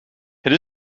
het